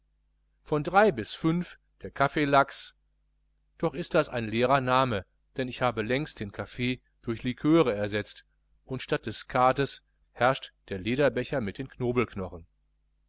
von drei bis fünf der kaffeelachs doch ist das ein leerer name denn ich habe längst den kaffee durch liköre ersetzt und statt des skates herrscht der lederbecher mit den